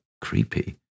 creepy